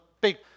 big